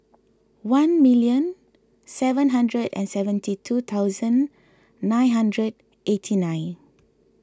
one million seven hundred and seventy two thousand nine hundred and eighty nine